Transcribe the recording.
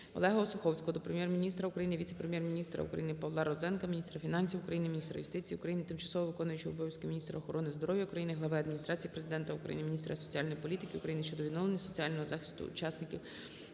Олега Осуховського до Прем'єр-міністра України, віце-прем'єр-міністра України Павла Розенка, міністра фінансів України, міністра юстиції України, тимчасово виконуючої обов'язки міністра охорони здоров'я України, глави Адміністрації Президента України, міністра соціальної політики України щодо відновлення соціального захисту учасників